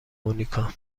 مونیکا